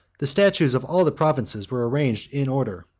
the statues of all the provinces were arranged in order,